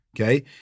Okay